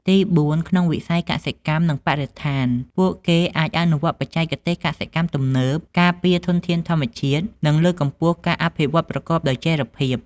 ទីបួន ក្នុងវិស័យកសិកម្ម និងបរិស្ថាន ពួកគេអាចអនុវត្តបច្ចេកទេសកសិកម្មទំនើប ការពារធនធានធម្មជាតិ និងលើកកម្ពស់ការអភិវឌ្ឍន៍ប្រកបដោយចីរភាព។